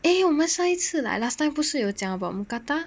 诶我们下一次来 last time 不是有讲 about mookata